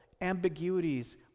ambiguities